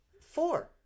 Four